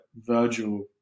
Virgil